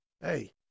Hey